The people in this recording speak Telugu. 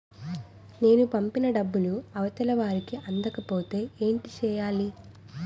నేను పంపిన డబ్బులు అవతల వారికి అందకపోతే ఏంటి చెయ్యాలి?